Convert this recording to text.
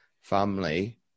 family